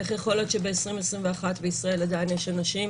איך יכול להיות שבישראל 2021 עדיין יש אנשים